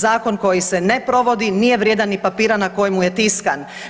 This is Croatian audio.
Zakon koji se ne provodi nije vrijedan ni papira na kojemu je tiskan.